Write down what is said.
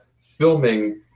filming